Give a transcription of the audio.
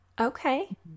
Okay